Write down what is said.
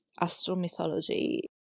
astro-mythology